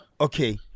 Okay